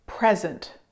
present